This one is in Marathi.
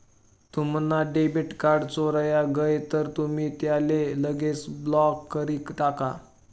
तुम्हना डेबिट कार्ड चोराय गय तर तुमी त्याले लगेच ब्लॉक करी टाका